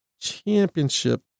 championship